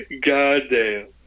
Goddamn